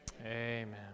amen